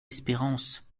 espérance